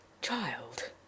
child